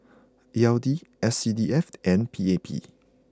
E L D S C D F and P A P